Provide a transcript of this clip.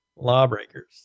Lawbreakers